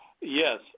Yes